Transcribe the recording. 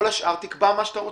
כל השאר תקבע מה שאתה רוצה.